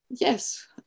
Yes